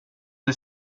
det